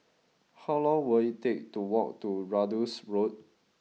how long will it take to walk to Ratus Road